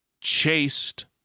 chased